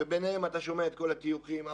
ביניהם אתה שומע את כל הטיוחים,